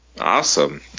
Awesome